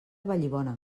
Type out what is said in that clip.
vallibona